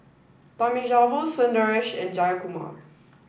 Thamizhavel Sundaresh and Jayakumar